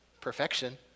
perfection